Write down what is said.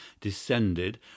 descended